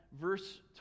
verse